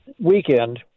weekend